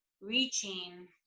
reaching